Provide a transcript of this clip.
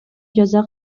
жаза